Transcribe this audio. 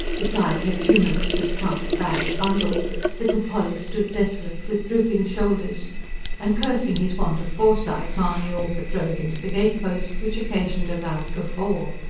beside her tumulus of trunk, bag, bundle little polly stood desolate, with drooping shoulders and cursing his want of foresight, mahony all but drove into the gatepost, which occasioned a loud guffaw.